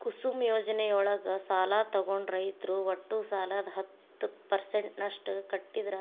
ಕುಸುಮ್ ಯೋಜನೆಯೊಳಗ ಸಾಲ ತೊಗೊಂಡ ರೈತರು ಒಟ್ಟು ಸಾಲದ ಹತ್ತ ಪರ್ಸೆಂಟನಷ್ಟ ಕಟ್ಟಿದ್ರ